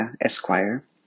Esquire